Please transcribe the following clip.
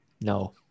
No